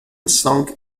song